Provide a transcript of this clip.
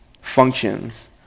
functions